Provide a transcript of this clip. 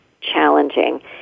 challenging